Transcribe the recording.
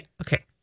Okay